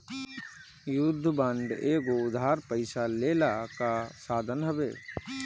युद्ध बांड एगो उधार पइसा लेहला कअ साधन हवे